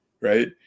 right